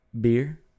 beer